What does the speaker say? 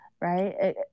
Right